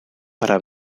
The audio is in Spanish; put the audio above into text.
para